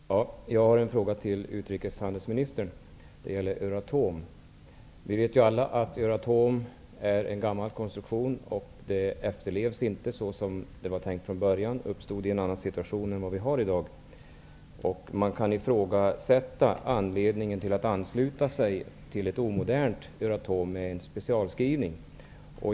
Fru talman! Jag har en fråga till utrikeshandelsministern som gäller Euratom. Vi vet alla att Euratom är en gammal konstruktion som inte fungerar som det var tänkt från början. Euratom uppstod i en annan situation än den vi har i dag. Man kan ifrågasätta skälen för att ansluta sig till ett omodernt Euratom med en specialskrivning.